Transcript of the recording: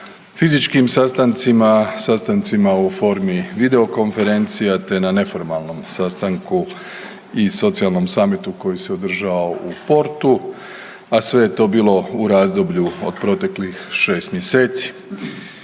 fizičkim sastancima, sastancima u formi videokonferencija, te na neformalnom sastanku i socijalnom samitu koji se održao u Portu, a sve je to bilo u razdoblju od proteklih 6 mjeseci.